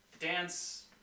dance